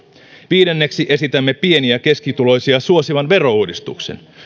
viidenneksi esitämme pieni ja keskituloisia suosivan verouudistuksen